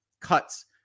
cuts